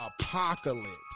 apocalypse